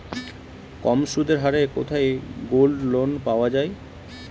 কম সুদের হারে কোথায় গোল্ডলোন পাওয়া য়ায়?